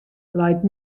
leit